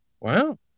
Wow